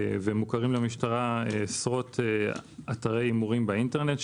ומוכרים למשטרה עשרות אתרי הימורים באינטרנט,